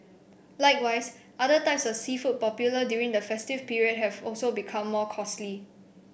likewise other types of seafood popular during the festive period have also become more costly